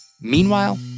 Meanwhile